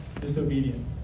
disobedient